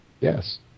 Yes